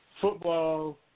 Football